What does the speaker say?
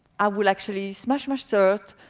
i would actually smash my shirt,